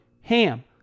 HAM